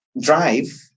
drive